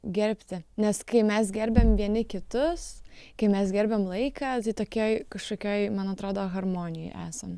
gerbti nes kai mes gerbiam vieni kitus kai mes gerbiam laiką tai tokioj kažkokioj man atrodo harmonijoj esam